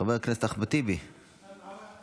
חבר הכנסת אחמד טיבי, בבקשה.